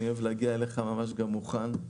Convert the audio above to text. אני אוהב להגיע אליך ממש מוכן,